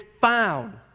found